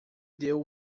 deu